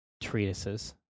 treatises